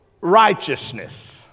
righteousness